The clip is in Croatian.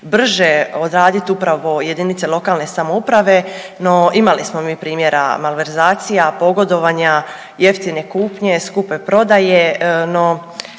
brže odraditi upravo jedinice lokalne samouprave, no imali smo mi primjera malverzacija, pogodovanja jeftine kupnje, skupe prodaje no